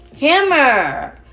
Hammer